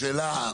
השאלה,